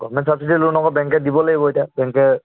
government subsidy loan আকৌ বেংকে দিবও লাগিব এতিয়া বেংকে